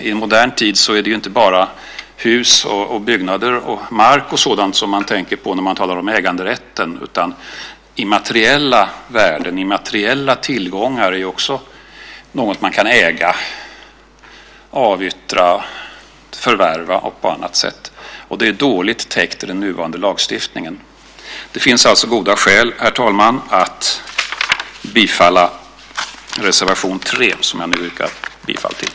I modern tid är det inte bara hus, byggnader och mark som man tänker på när man talar om äganderätten. Immateriella värden och immateriella tillgångar är också något som man kan äga, avyttra och förvärva. Det är dåligt täckt i den nuvarande lagstiftningen. Det finns alltså goda skäl, herr talman, att bifalla reservation 3 som jag nu yrkar bifall till.